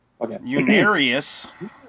Unarius